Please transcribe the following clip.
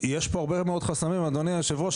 יש פה הרבה מאוד חסמים אדוני יושב הראש,